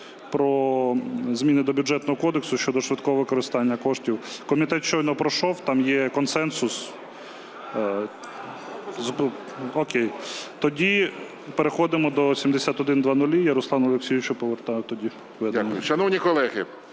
про зміни до Бюджетного кодексу щодо швидкого використання коштів. Комітет щойно пройшов, там є консенсус. О'кей. Тоді переходимо до 7100. Я Руслану Олексійовичу повертаю тоді ведення. Веде